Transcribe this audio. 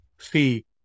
see